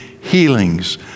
healings